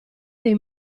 dei